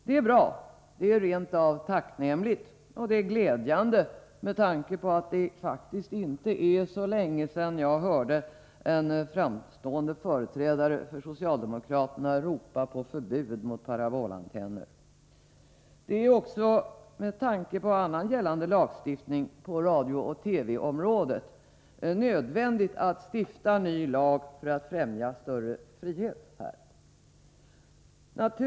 Det är bra, det är rent av tacknämligt, och det är glädjande med tanke på att det faktiskt inte är så länge sedan jag hörde en framstående företrädare för socialdemokraterna ropa på förbud mot parabolantenner. Det är också med tanke på annan gällande lagstiftning på radiooch TV-området nödvändigt att stifta en ny lag för att främja större frihet i detta sammanhang.